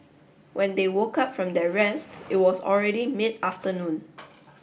when they woke up from their rest it was already mid afternoon